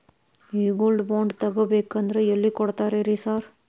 ಈ gold bond ತಗಾಬೇಕಂದ್ರ ಎಲ್ಲಿ ಕೊಡ್ತಾರ ರೇ ಸಾರ್?